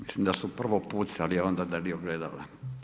Mislim da su prvo pucali, onda dali ogledala.